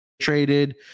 traded